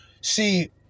See